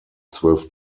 zwölf